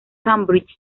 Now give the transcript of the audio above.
cambridge